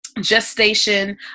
gestation